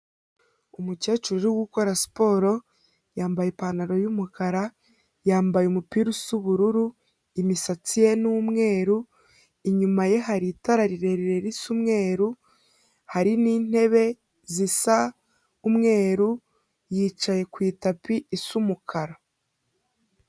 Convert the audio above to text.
Umukecuru uri gukora siporo, yambaye ipantaro y'umukara, yambaye umupira usa ubururu, imisatsi ye ni umweru, inyuma ye hari itara rirerire risa umweru, hari n'intebe zisa umweru, yicaye ku itapi isa umukara.